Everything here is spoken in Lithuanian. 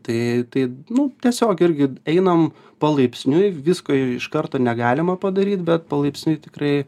tai tai nu tiesiog irgi einam palaipsniui visko iš karto negalima padaryt bet palaipsniui tikrai